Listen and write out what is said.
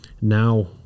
now